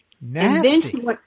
Nasty